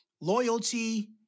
loyalty